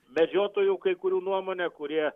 medžiotojų kai kurių nuomone kurie